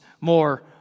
more